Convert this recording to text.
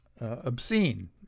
obscene